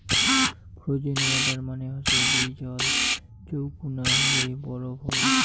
frozen water মানে হসে যেই জল চৌকুনা হই বরফ হই